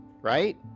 right